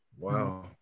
Wow